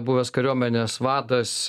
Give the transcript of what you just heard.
buvęs kariuomenės vadas